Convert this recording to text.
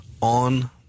on